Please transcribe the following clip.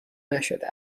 نشده